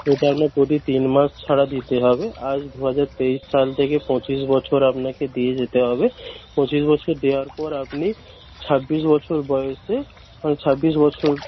সেটা আপনার প্রতি তিন মাস ছাড়া দিতে হবে আজ দু হাজার তেইশ সাল থেকে পঁচিশ বছর আপনাকে দিয়ে যেতে হবে পঁচিশ বছর দেওয়ার পর আপনি ছাব্বিশ বছর বয়সে কারণ ছাব্বিশ বছর